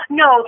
no